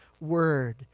word